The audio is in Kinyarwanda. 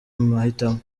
mahitamo